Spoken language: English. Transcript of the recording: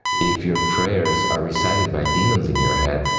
if your prayers are recited by demons in your head,